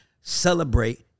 celebrate